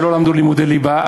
שלא למדו לימודי ליבה,